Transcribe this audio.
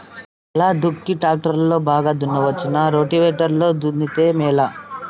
ఎలా దుక్కి టాక్టర్ లో బాగా దున్నవచ్చునా రోటివేటర్ లో దున్నితే మేలా?